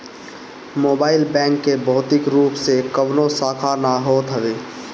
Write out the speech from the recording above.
mobile bank के भौतिक रूप से कवनो शाखा ना होत हवे